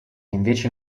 invece